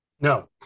No